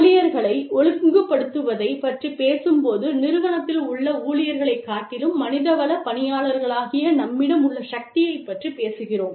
ஊழியர்களை ஒழுங்குபடுத்துவதைப் பற்றிப் பேசும் போது நிறுவனத்தில் உள்ள ஊழியர்களைக் காட்டிலும் மனிதவள பணியாளர்களாகிய நம்மிடம் உள்ள சக்தியைப் பற்றிப் பேசுகிறோம்